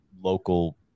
local